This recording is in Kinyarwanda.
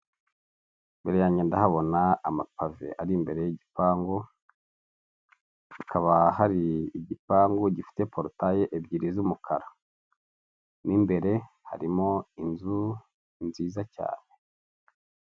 Ruguru yanjye ndahabona amapave ari imbere y'igipangu, hakaba hari igipangu gifite porotaye ebyiri z'umukara m’ imbere harimo inzu nziza cyane.